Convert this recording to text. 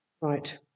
Right